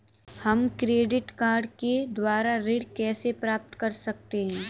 हम credit card के द्वारा ऋण कैसे प्राप्त कर सकते हैं?